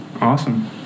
awesome